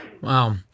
Wow